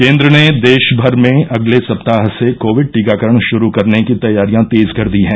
केन्द्र ने देश भर में अगले सप्ताह से कोविड टीकाकरण शुरू करने की तैयारियां तेज कर दी हैं